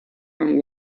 and